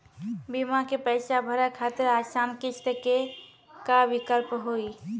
बीमा के पैसा भरे खातिर आसान किस्त के का विकल्प हुई?